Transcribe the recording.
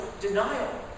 denial